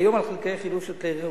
כיום על חלקי חילוף של כלי רכב,